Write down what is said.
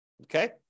Okay